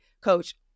Coach